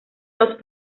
los